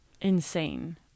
Insane